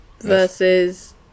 versus